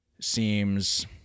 seems